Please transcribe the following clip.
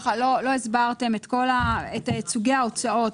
לא הסברתם את סוגי ההוצאות,